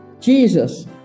Jesus